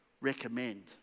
recommend